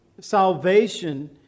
salvation